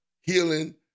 Healing